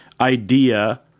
idea